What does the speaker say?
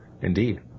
indeed